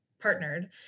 partnered